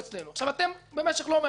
אתם משך לא מעט שנים